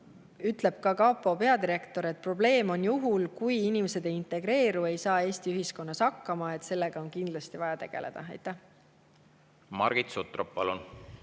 ütleb ka kapo peadirektor, et probleem on juhul, kui inimesed ei integreeru, ei saa Eesti ühiskonnas hakkama. Sellega on kindlasti vaja tegeleda. Aitäh! No